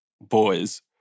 boys